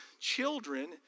children